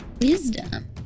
Wisdom